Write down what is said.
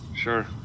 Sure